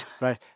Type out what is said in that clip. Right